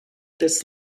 this